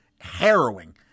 harrowing